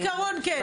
בעיקרון כן.